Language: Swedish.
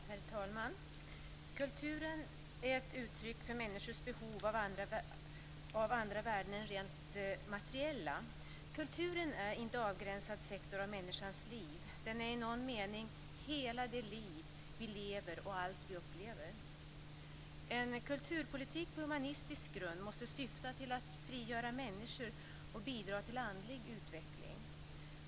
Herr talman! Kulturen är ett uttryck för människors behov av andra värden än rent materiella. Kulturen är inte en avgränsad sektor av människans liv; den är i någon mening hela det liv vi lever och allt vi upplever. En kulturpolitik på humanistisk grund måste syfta till att frigöra människor och bidra till andlig utveckling.